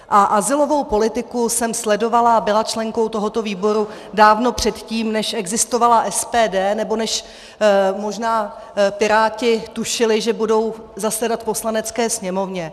Azylovou politiku jsem sledovala a byla členkou tohoto výboru dávno předtím, než existovala SPD anebo než možná Piráti tušili, že budou zasedat v Poslanecké sněmovně.